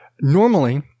Normally